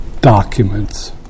documents